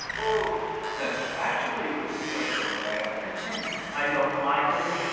ah actually, the videos weren't bad. it stinks. i don't like it.